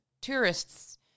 tourists